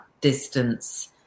distance